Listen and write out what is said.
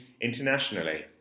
internationally